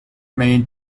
made